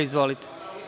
Izvolite.